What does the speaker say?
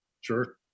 Sure